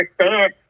understand